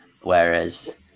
whereas